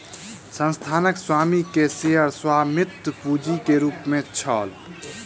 संस्थानक स्वामी के शेयर स्वामित्व पूंजी के रूप में छल